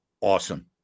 awesome